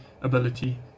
ability